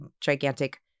gigantic